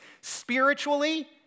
spiritually